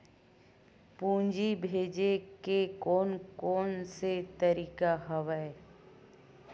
पूंजी भेजे के कोन कोन से तरीका हवय?